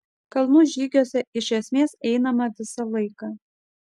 kalnų žygiuose iš esmės einama visą laiką